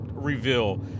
reveal